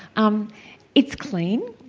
um it's clean,